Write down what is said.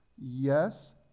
Yes